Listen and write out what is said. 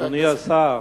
אדוני השר,